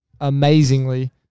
amazingly